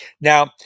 now